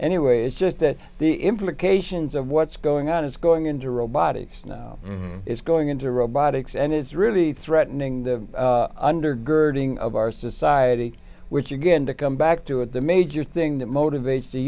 anyway it's just that the implications of what's going on is going into robotics now it's going into robotics and it's really threatening the undergirding of our society which again to come back to it the major thing that motivates the